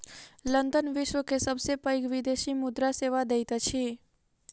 London विश्व के सबसे पैघ विदेशी मुद्रा सेवा दैत अछि